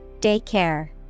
Daycare